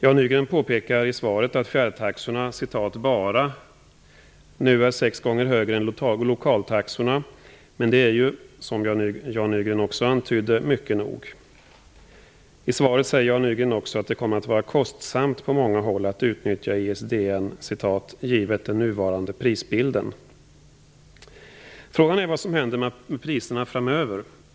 Jan Nygren påpekar i svaret att fjärrtaxorna "bara" nu är sex gånger högre än lokaltaxorna. Men det är, som Jan Nygren också antydde, mycket nog. I svaret säger Jan Nygren också att det kommer att vara kostsamt på många håll att utnyttja ISDN "givet den nuvarande prisbilden". Frågan är vad som händer med priserna framöver.